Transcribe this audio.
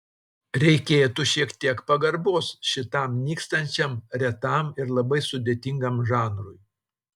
reikėtų šiek tiek pagarbos šitam nykstančiam retam ir labai sudėtingam žanrui